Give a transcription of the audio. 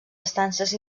estances